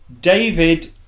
David